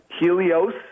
Helios